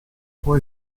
può